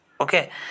Okay